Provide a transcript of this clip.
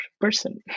person